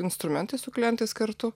instrumentais su klientais kartu